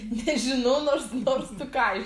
nežinau nors nors tu ką iš